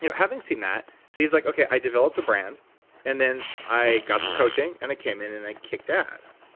you know having seen that, so he's like, okay, i developed a brand and then i got some coaching and it came in and i kicked ass.